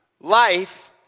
life